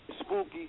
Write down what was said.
Spooky